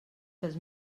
pels